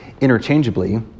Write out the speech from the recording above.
interchangeably